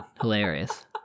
hilarious